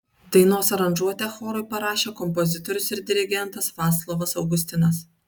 dainos aranžuotę chorui parašė kompozitorius ir dirigentas vaclovas augustinas